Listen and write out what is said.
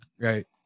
right